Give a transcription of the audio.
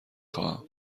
خواهم